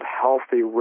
healthy